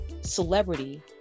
celebrity